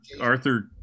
arthur